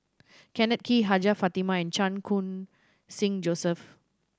Kenneth Kee Hajjah Fatimah and Chan Khun Sing Joseph